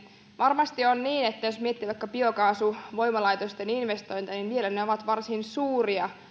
varmasti on niin että jos miettii vaikka biokaasuvoimalaitosten investointeja niin vielä ne ovat varsin suuria